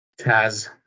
Taz